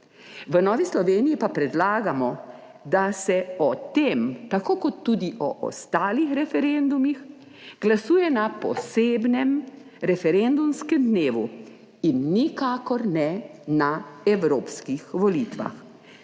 V Novi Sloveniji pa predlagamo, da se o tem, tako kot tudi o ostalih referendumih, glasuje na posebnem referendumskem dnevu in nikakor ne na evropskih volitvah.